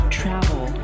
travel